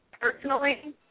personally